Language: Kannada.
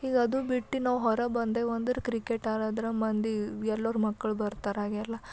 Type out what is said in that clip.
ಈಗ ಅದು ಬಿಟ್ಟು ನಾವು ಹೊರಗೆ ಬಂದೇವು ಅಂದ್ರೆ ಕ್ರಿಕೆಟ್ ಆಡಿದ್ರೆ ಮಂದಿ ಎಲ್ಲರ ಮಕ್ಕಳು ಬರ್ತಾರೆ ಹಾಗೆಲ್ಲ